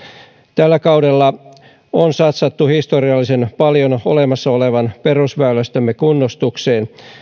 tällä kaudella on satsattu historiallisen paljon olemassa olevan perusväylästömme kunnostukseen